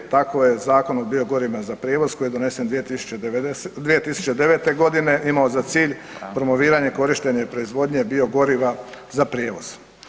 Tako je Zakon o biogorivima za prijevoz koji je donesen 2009. godine imao za cilj promoviranje korištenja proizvodnje biogoriva za prijevoz.